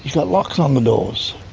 locks on the doors.